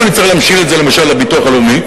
אם אני צריך להמשיל את זה, למשל לביטוח הלאומי.